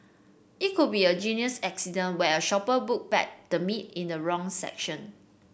it could be a genuine accident where a shopper put back the meat in the wrong section